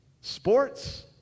Sports